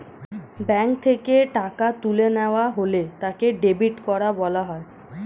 bank থেকে টাকা তুলে নেওয়া হলে তাকে ডেবিট করা বলা হয়